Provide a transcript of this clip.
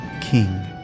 King